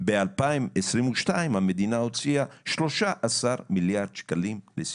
ב- 2022 המדינה הוציאה 13 מיליארד שקלים לסיעוד.